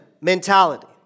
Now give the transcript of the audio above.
mentality